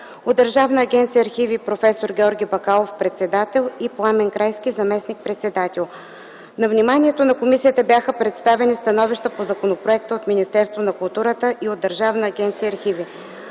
от Държавна агенция „Архиви” – проф. Георги Бакалов, председател, и Пламен Крайски - заместник-председател. На вниманието на комисията бяха представени становища по законопроекта от Министерството на културата и от Държавна агенция „Архиви”.